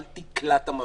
אל תכלא את המפגינים,